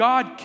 God